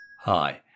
Hi